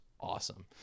awesome